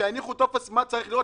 שיניחו טופס מה צריך להיות,